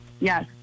Yes